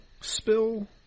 spill